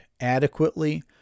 adequately